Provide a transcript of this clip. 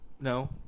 No